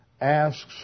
asks